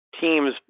team's